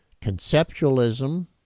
Conceptualism